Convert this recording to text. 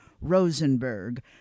Rosenberg